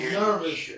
nervous